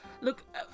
Look